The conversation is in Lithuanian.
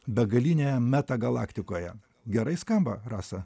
begalinėje metagalaktikoje gerai skamba rasa